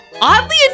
Oddly